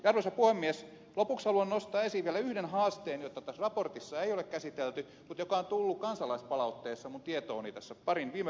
lopuksi haluan nostaa esiin vielä yhden haasteen jota tässä raportissa ei ole käsitelty mutta joka on tullut kansalaispalautteessa tietooni tässä parin viime päivän aikana